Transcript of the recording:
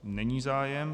Není zájem.